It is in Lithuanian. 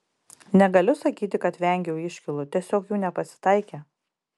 negaliu sakyti kad vengiau iškylų tiesiog jų nepasitaikė